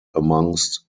amongst